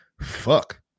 fuck